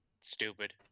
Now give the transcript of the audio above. Stupid